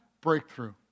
Breakthrough